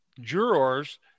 jurors